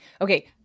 Okay